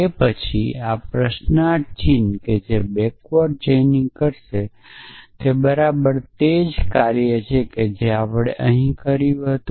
તે પછી આ પ્રશ્નાર્થ ચિન્હ જે બેક્વર્ડ ચેઇન કરશે તે બરાબર તે જ કાર્ય છે જે આપણે અહીં અહીં કર્યું હતું